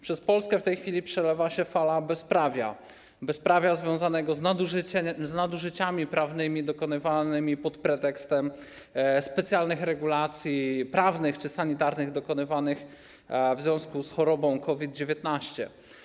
Przez Polskę w tej chwili przelewa się fala bezprawia, bezprawia związanego z nadużyciami prawnymi dokonywanymi pod pretekstem specjalnych regulacji prawnych czy sanitarnych dokonywanych w związku z chorobą COVID-19.